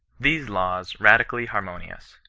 these laws radically habmolflous.